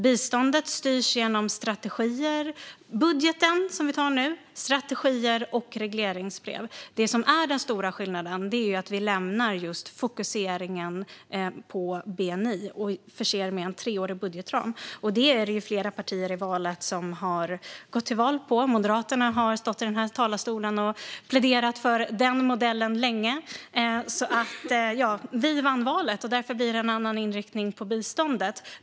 Biståndet styrs genom budgeten som vi antar nu och genom strategier och regleringsbrev. Den stora skillnaden är att vi lämnar just fokuseringen på bni och förser det med en treårig budgetram. Det har ju flera partier gått till val på. Moderaterna har stått i den här talarstolen och pläderat för den modellen länge. Vi vann valet, och därför blir det en annan inriktning på biståndet.